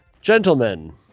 gentlemen